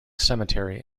cemetery